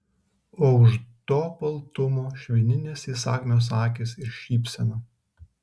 o už to baltumo švininės įsakmios akys ir šypsena